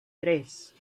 tres